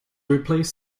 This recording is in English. replaced